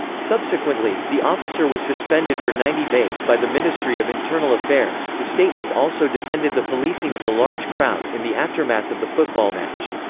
subsequently, the officer was suspended for ninety days by the ministry of internal affairs the statement also defended the policing of the large crowds in the aftermath of the football match.